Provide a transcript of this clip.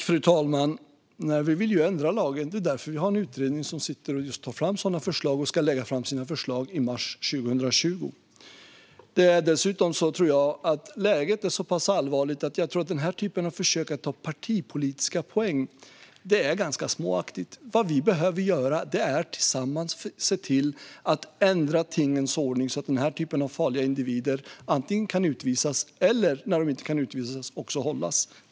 Fru talman! Vi vill ju ändra lagen. Det är därför vi har en utredning som sitter och tar fram just sådana förslag och som ska lägga fram dem i mars 2020. Läget är så pass allvarligt att jag tycker att den här typen av försök att ta partipolitiska poäng är ganska småaktigt. Vad vi behöver göra är att tillsammans ändra tingens ordning så att den här typen av farliga individer kan hållas när de inte kan utvisas.